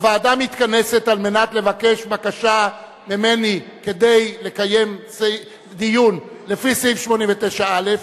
הוועדה מתכנסת על מנת לבקש בקשה ממני כדי לקיים דיון לפי סעיף 89(א).